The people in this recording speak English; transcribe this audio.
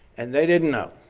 and they didn't know.